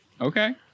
Okay